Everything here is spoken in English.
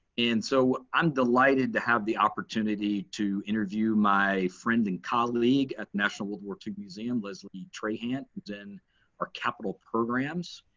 and so, i'm delighted to have the opportunity to interview my friend and colleague at national world war ii museum, leslie trahant, who's in our capital programs.